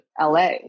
LA